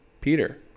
Peter